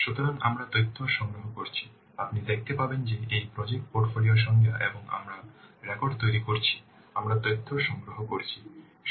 সুতরাং আমরা তথ্য সংগ্রহ করছি আপনি দেখতে পাবেন যে এই প্রজেক্ট পোর্টফোলিও সংজ্ঞা এর আমরা রেকর্ড তৈরি করছি আমরা তথ্য সংগ্রহ করছি